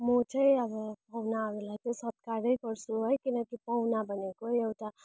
म चाहिँ अब पाहुनाहरूलाई त सत्कारै गर्छु है किनकि पाहुना भनेकै एउटा